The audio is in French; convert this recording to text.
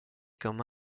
comme